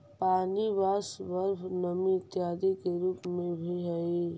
पानी वाष्प, बर्फ नमी इत्यादि के रूप में भी हई